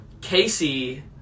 Casey